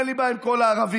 אין לי בעיה עם כל הערבים,